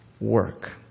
work